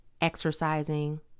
Exercising